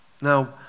Now